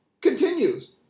continues